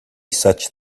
such